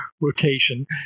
rotation